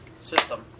System